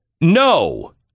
No